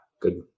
good